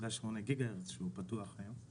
ב-5.8 שהוא פתוח היום.